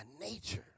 nature